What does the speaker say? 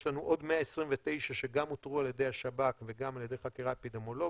ויש לנו עוד 129 שגם אותרו על ידי השב"כ וגם על ידי חקירה אפידמיולוגית.